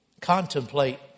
contemplate